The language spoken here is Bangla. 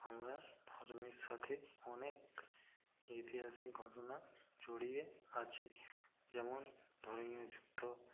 আমরা ধর্মের সাথে অনেক ঐতিহাসিক ঘটনা জড়িয়ে আছে যেমন ধর্মীয় যুদ্ধ